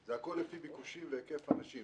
זה הכל לפי ביקושים והיקף אנשים.